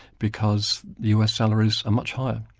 because us salaries are much higher,